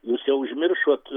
jūs jau užmiršot